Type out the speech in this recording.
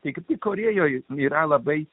teikti korėjoje yra labai